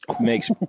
makes